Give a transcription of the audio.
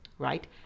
right